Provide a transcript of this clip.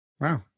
Wow